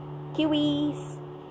kiwis